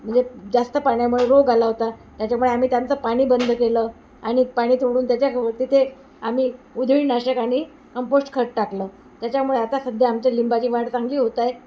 म्हणजे जास्त पाण्यामुळे रोग आला होता त्याच्यामुळे आम्ही त्यांचं पाणी बंद केलं आणि पाणी तोडून त्याच्या तिथे आम्ही उधळीनाशक आणि कंपोष्ट खत टाकलं त्याच्यामुळे आता सध्या आमच्या लिंबाची वाढ चांगली होत आहे